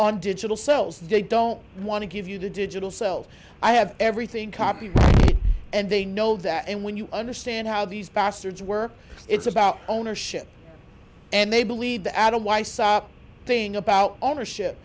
on digital cells they don't want to give you digital self i have everything copied and they know that and when you understand how these bastards work it's about ownership and they believe the adam why stop thing about ownership